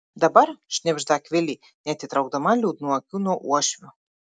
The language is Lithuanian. dabar šnibžda akvilė neatitraukdama liūdnų akių nuo uošvio